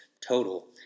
total